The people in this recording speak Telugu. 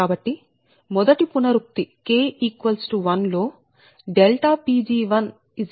కాబట్టి మొదటి పునరుక్తి k 1 లో Pg850 303027